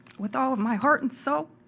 with all of my heart and soul,